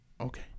okay